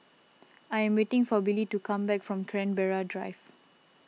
I am waiting for Billy to come back from Canberra Drive